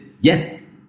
yes